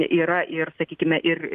yra ir sakykime ir